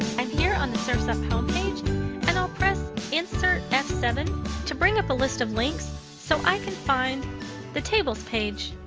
i'm here on the surf's up home page and i'll press insert f seven to bring up a list of links so i can find the tables page.